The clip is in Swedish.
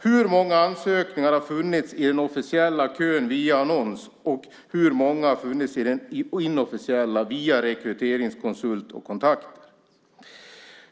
Hur många ansökningar har det funnits i den officiella kön via annons, och hur många har funnits i den inofficiella kön via rekryteringskonsult och kontakter?